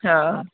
हा